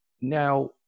Now